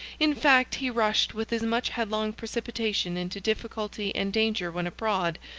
in fact, he rushed with as much headlong precipitation into difficulty and danger when abroad,